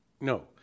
no